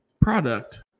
product